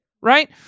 right